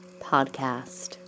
podcast